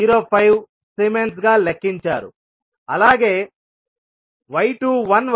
05 Siemens గా లెక్కించారుఅలాగే y21 వచ్చి 0